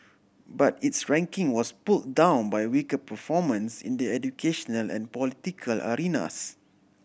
but its ranking was pulled down by weaker performance in the educational and political arenas